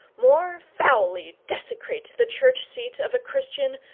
more foully desecrate the church seat of a christian,